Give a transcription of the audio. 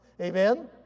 amen